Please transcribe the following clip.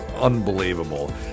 unbelievable